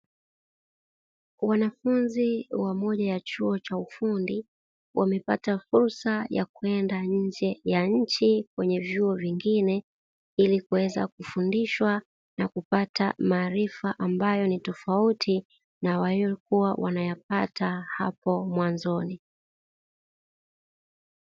Wanafunzi wa bodi ya chuo cha ufundi wamepata fursa ya kwenda nje ya nchi kwenye vyuo vingine, ili kuweza kufundishwa na kupata maarifa ambayo ni tofauti na waliyokuwa wanayapata hapo mwanzoni.